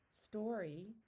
story